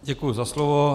Děkuju za slovo.